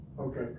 Okay